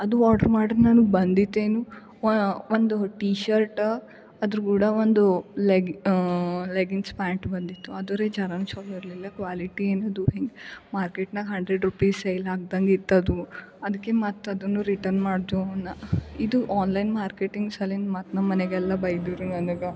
ಅದು ಆರ್ಡರ್ ಮಾಡಿ ನಾನು ಬಂದಿದ್ದೇನು ಒಂದು ಟೀ ಶರ್ಟ್ ಆದರು ಕೂಡ ಒಂದು ಲೆಗಿ ಲೆಗಿನ್ಸ್ ಪ್ಯಾಂಟ್ ಬಂದಿತ್ತು ಅದರ ಜರನು ಚಲೋ ಇರಲಿಲ್ಲ ಕ್ವಾಲಿಟಿ ಏನಿದು ಹಿಂಗೆ ಮಾರ್ಕೆಟ್ನಾಗೆ ಹಂಡ್ರೆಡ್ ರುಪೀಸ್ ಸೇಲ್ ಹಾಕ್ದಂಗೆ ಇತ್ತು ಅದು ಅದ್ಕೆ ಮತ್ತು ಅದನ್ನು ರಿಟರ್ನ್ ಮಾಡಿದ್ವಿ ಅವನ್ನ ಇದು ಆನ್ಲೈನ್ ಮಾರ್ಕೆಟಿಂಗ್ ಸಲಿಂದ ಮತ್ತು ನಮ್ಮ ಮನೆಗೆಲ್ಲ ಬೈದರು ನನಗೆ